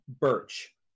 Birch